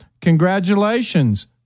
Congratulations